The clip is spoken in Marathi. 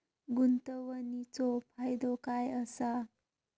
गुंतवणीचो फायदो काय असा?